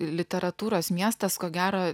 literatūros miestas ko gero